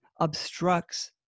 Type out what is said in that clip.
obstructs